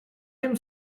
tym